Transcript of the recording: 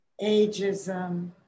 ageism